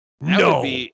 No